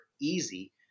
easy